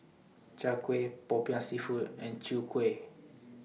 Chai Kuih Popiah Seafood and Chwee Kueh